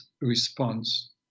response